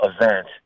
event